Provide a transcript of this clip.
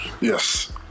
Yes